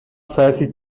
саясий